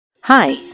Hi